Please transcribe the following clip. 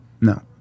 No